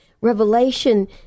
Revelation